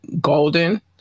Golden